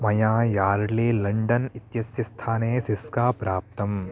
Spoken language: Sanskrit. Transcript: मया यार्ड्ली लण्डन् इत्यस्य स्थाने सिस्का प्राप्तम्